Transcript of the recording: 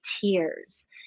tears